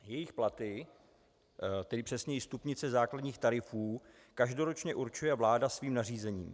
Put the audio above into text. Jejich platy, tedy přesněji stupnice základních tarifů, každoročně určuje vláda svým nařízením.